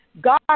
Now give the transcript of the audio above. God